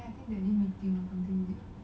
um